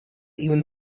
even